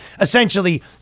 essentially